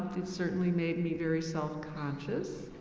it certainly made me very self-conscious.